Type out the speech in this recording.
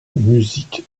musique